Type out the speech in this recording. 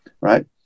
Right